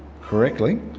correctly